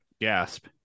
Gasp